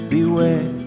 Beware